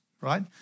right